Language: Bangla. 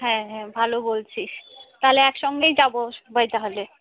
হ্যাঁ হ্যাঁ ভালো বলছিস তাহলে একসঙ্গেই যাবো সবাই তাহলে